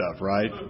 right